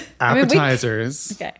Appetizers